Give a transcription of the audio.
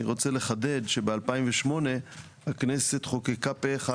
אני רוצה לחדד שב-2008 הכנסת חוקקה פה אחד,